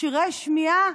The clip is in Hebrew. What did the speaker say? מכשירי שמיעה,